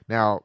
Now